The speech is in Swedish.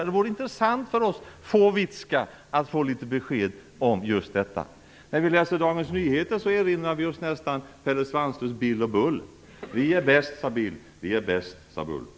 Det vore intressant för alla oss fåvitska att få besked om just detta. När vi läser Dagens Nyheter erinrar vi oss nästan Pelle Svanslös, och Bill och Bull: Vi är bäst, sade Bill. Vi är bäst, sade Bull.